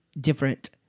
different